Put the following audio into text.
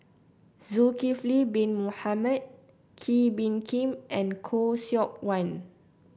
Zulkifli Bin Mohamed Kee Bee Khim and Khoo Seok Wan